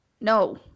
No